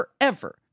forever